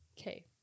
Okay